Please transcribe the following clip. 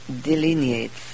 delineates